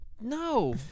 No